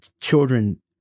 children